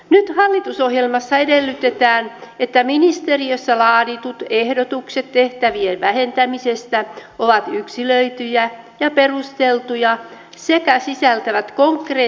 nyt hallitusohjelmassa edellytetään että ministeriössä laaditut ehdotukset tehtävien vähentämisestä ovat yksilöityjä ja perusteltuja sekä sisältävät konkreettiset toimenpiteet